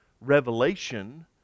revelation